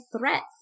threats